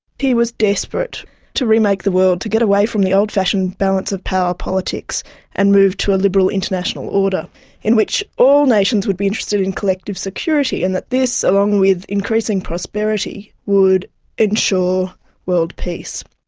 he was desperate to remake the world, to get away from the old-fashioned balance of power politics and move to a liberal international order in which all nations would be interested in collective security and that this, along with increasing prosperity, would ensure world peace.